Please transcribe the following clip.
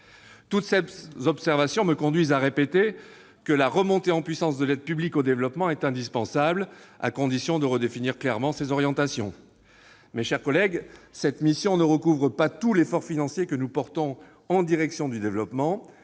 Toutes ces observations me conduisent à répéter que la remontée en puissance de l'aide publique au développement est indispensable, à condition de redéfinir clairement les orientations de celle-ci. Mes chers collègues, cette mission ne recouvre pas tout l'effort financier que nous consacrons au développement,